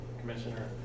Commissioner